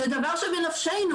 זה דבר שהוא בנפשנו,